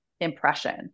impression